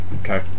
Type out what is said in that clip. Okay